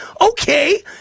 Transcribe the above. okay